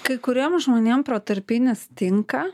kai kuriem žmonėm protarpinis tinka